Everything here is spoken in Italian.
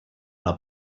alla